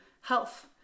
health